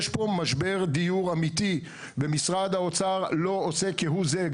יש פה משבר דיור אמיתי ומשרד האוצר לא עושה כהוא זה,